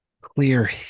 clear